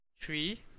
three